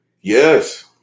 yes